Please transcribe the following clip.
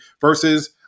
versus